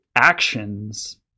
actions